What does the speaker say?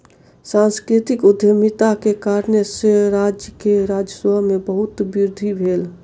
सांस्कृतिक उद्यमिता के कारणेँ सॅ राज्य के राजस्व में बहुत वृद्धि भेल